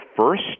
first